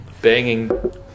banging